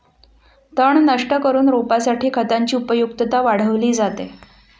तण नष्ट करून रोपासाठी खतांची उपयुक्तता वाढवली जाते